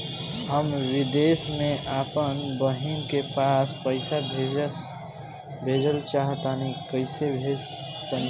हम विदेस मे आपन बहिन के पास पईसा भेजल चाहऽ तनि कईसे भेजि तनि बताई?